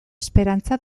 esperantza